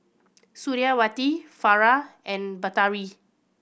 Suriawati Farah and Batari